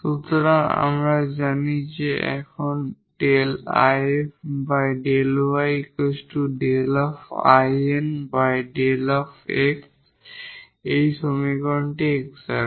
সুতরাং আমরা জানি যে এখন এই সমীকরণটি এক্সাট